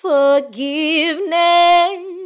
Forgiveness